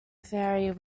very